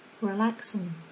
relaxing